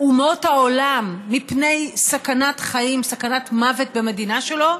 אומות העולם, מפני סכנת מוות במדינה שלו,